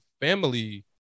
family